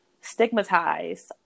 stigmatize